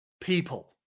people